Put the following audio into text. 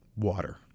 Water